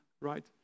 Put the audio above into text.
Right